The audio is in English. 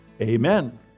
Amen